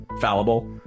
fallible